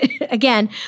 Again